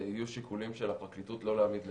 יהיו שיקולים של הפרקליטות לא להעמיד לדין.